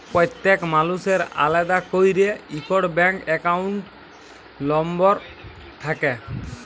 প্যত্তেক মালুসের আলেদা ক্যইরে ইকট ব্যাংক একাউল্ট লম্বর থ্যাকে